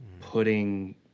putting